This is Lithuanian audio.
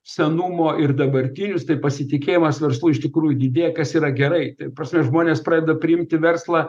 senumo ir dabartinius tai pasitikėjimas verslu iš tikrųjų didėja kas yra gerai tai ta prasme žmonės pradeda priimti verslą